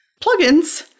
Plugins